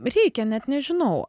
reikia net nežinau